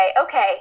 okay